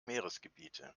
meeresgebiete